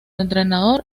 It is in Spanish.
entrenador